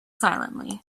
silently